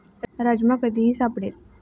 राजमा कधीही सापडेल